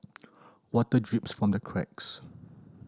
water drips from the cracks